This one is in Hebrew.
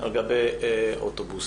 על גבי אוטובוס.